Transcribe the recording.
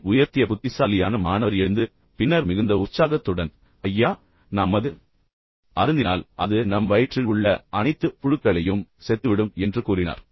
கையை உயர்த்திய புத்திசாலியான மாணவர் எழுந்து பின்னர் மிகுந்த உற்சாகத்துடன் ஐயா நாம் மது அருந்தினால் அது நம் வயிற்றில் உள்ள அனைத்து புழுக்களையும் கொன்றுவிடும் என்று கூறினார்